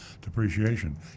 depreciation